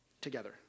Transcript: together